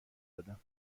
دادم